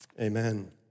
Amen